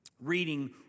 reading